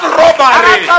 robbery